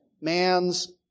man's